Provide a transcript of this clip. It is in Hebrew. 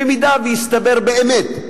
במידה שיסתבר באמת,